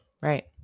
Right